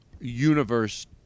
universe